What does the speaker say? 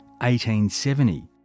1870